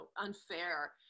unfair